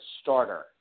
starter